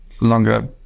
longer